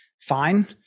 fine